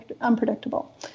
unpredictable